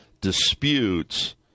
disputes